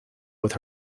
with